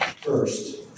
first